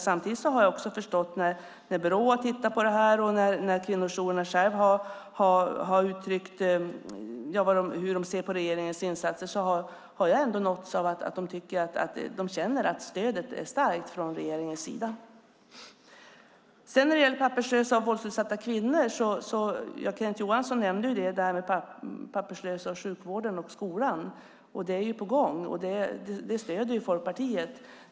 Samtidigt har jag förstått när Brå har tittat på detta och när kvinnojourerna själva har uttryckt hur de ser på regeringens insatser att de känner att stödet är starkt från regeringens sida. När det gäller papperslösa och våldsutsatta kvinnor nämnde Kenneth Johansson papperslösa, sjukvården och skolan. Detta är på gång, och Folkpartiet stöder det.